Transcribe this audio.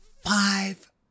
five